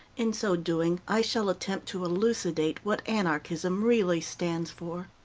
in so doing, i shall attempt to elucidate what anarchism really stands for.